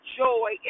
joy